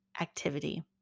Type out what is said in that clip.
activity